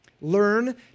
learn